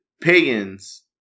pagans